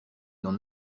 dans